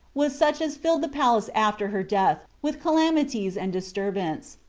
was such as filled the palace after her death with calamities and disturbance.